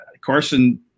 Carson